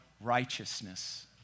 righteousness